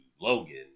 Logan